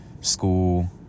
school